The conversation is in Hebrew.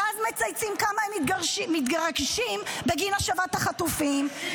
ואז מצייצים כמה הם מתרגשים בגין השבת החטופים -- תתביישי.